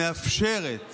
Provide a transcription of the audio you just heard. אפשרות